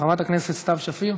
חברת הכנסת סתיו שפיר,